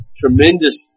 tremendous